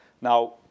Now